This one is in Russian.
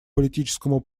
политическому